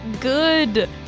good